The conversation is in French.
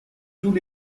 tous